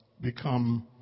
become